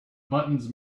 buttons